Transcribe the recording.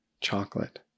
chocolate